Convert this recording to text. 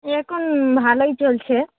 এরকম ভালোই চলছে